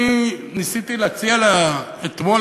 אני ניסיתי להציע לה אתמול,